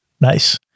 Nice